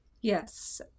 Yes